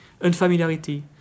unfamiliarity